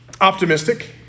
optimistic